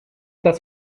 das